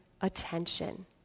attention